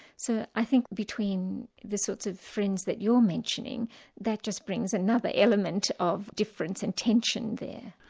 so i think between the sorts of friends that you're mentioning that just brings another element of difference and tension there.